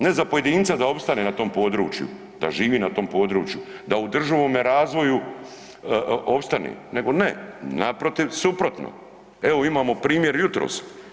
Ne za pojedinca da opstane na tom području, da živi na tom području, da održivome razvoju opstane, nego ne, naprotiv, suprotno, evo imamo primjer jutros.